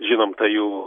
žinom tą jų